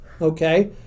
okay